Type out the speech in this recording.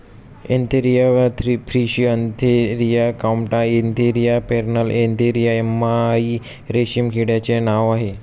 Antheraea frithi Antheraea compta Antheraea pernyi Antheraea yamamai रेशीम किड्याचे नाव आहे